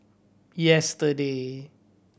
yesterday